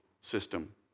system